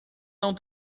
não